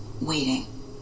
Waiting